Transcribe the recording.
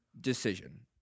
decision